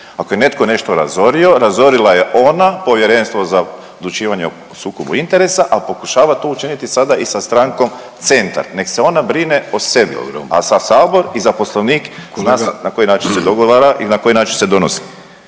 Ako je netko nešto razorio, razorila je ona Povjerenstvo za odlučivanje o sukobu interesa, a pokušava to učiniti sada i sa strankom Centar. Nek se ona brine o sebi …/Upadica Vidović: Dobro./…, a za Sabor i za poslovnik